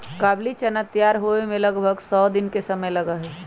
काबुली चना तैयार होवे में लगभग सौ दिन के समय लगा हई